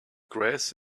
grass